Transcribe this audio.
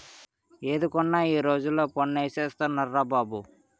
ఏది కొన్నా ఈ రోజుల్లో పన్ను ఏసేస్తున్నార్రా బాబు